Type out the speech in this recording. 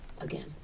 again